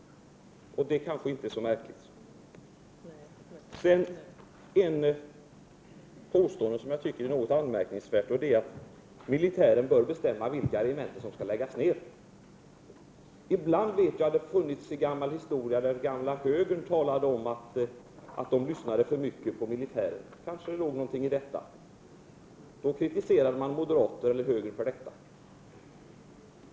Och det är kanske inte så märkligt. Ett påstående som jag finner något anmärkningsvärt är att militären bör bestämma vilka regementen som skall läggas ner. Ibland har det förekommit historier om hur den gamla högern lyssnade alltför mycket till militären. Kanske låg det något i detta. Då kritiserades högern för detta.